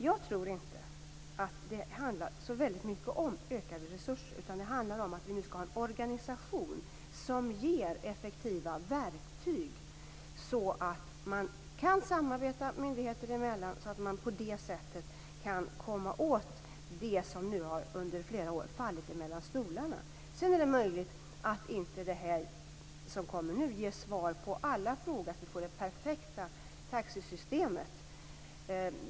Jag tror inte att det så mycket handlar om ökade resurser, utan det handlar om att vi nu skall ha en organisation som ger effektiva verktyg så att man kan samarbeta myndigheter emellan så att man på det sättet kan komma åt dem som under flera år fallit mellan stolarna. Det är möjligt att den ordning som kommer nu inte ger svar på alla frågor. Vi kanske inte får det perfekta taxisystemet.